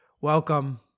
Welcome